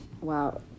Wow